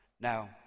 Now